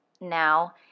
now